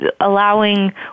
allowing